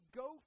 go